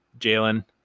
Jalen